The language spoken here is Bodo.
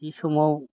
थि समाव